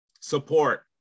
support